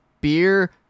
beer